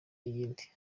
iyindi